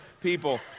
people